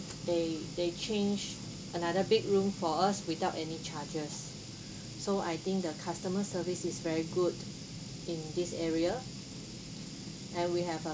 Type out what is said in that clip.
they they change another bedroom for us without any charges so I think the customer service is very good in this area and we have a